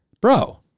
Bro